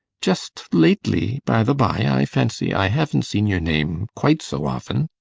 just lately, by-the-bye, i fancy i haven't seen your name quite so often.